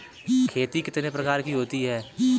खेती कितने प्रकार की होती है?